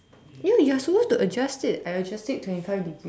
you you're supposed to adjust it I adjust it twenty five degrees